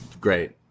great